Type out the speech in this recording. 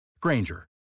Granger